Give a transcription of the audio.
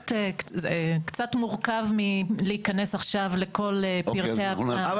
קצת מורכב להיכנס עכשיו לכל פרטי --- אבל